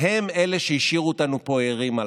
הם אלה שהשאירו אותנו פה ערים הלילה.